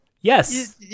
Yes